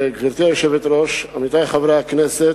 עמיתי חברי הכנסת,